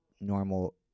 normal